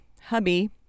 hubby